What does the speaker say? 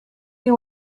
you